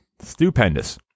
Stupendous